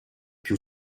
più